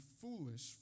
foolish